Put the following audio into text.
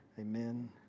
Amen